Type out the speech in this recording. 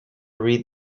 read